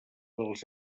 dels